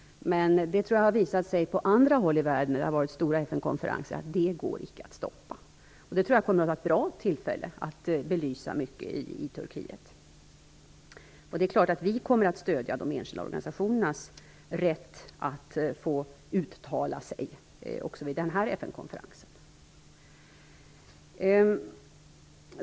Men det har visat sig på andra håll i världen där det har hållits stora FN konferenser att detta icke går att stoppa. Det kommer att vara ett bra tillfälle att belysa mycket av det som sker i Turkiet. Det är klart att vi kommer att stödja de enskilda organisationernas rätt att få uttala sig också vid den här FN-konferensen.